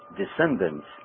descendants